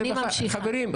חברים,